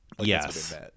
Yes